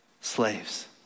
slaves